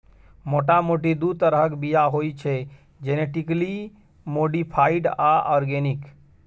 मोटा मोटी दु तरहक बीया होइ छै जेनेटिकली मोडीफाइड आ आर्गेनिक